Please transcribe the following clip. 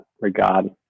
regard